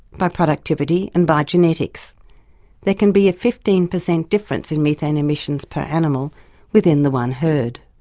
by productivity and by genetics there can be a fifteen percent difference in methane emissions per animal within the one herd.